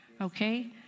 okay